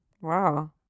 wow